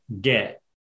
get